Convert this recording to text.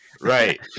Right